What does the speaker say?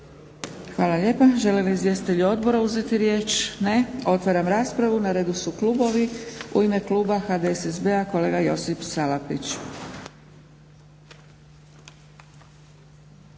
Hvala lijepa. Žele li izvjestitelji odbora uzeti riječ? Ne. Otvaram raspravu. Na redu su klubovi. U ime kluba HDSSB- a kolega Josip Salapić.